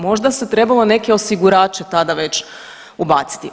Možda se trebalo neke osigurače tada već ubaciti.